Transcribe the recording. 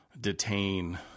detain